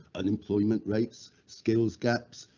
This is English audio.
unemployment rates, skills gaps,